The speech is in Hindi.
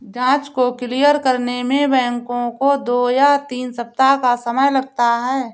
जाँच को क्लियर करने में बैंकों को दो या तीन सप्ताह का समय लगता है